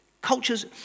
Cultures